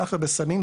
סחר בסמים,